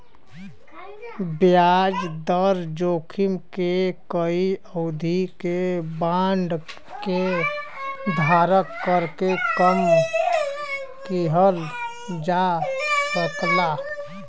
ब्याज दर जोखिम के कई अवधि के बांड के धारण करके कम किहल जा सकला